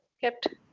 kept